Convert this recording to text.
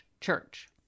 church